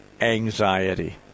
anxiety